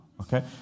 Okay